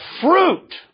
fruit